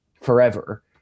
forever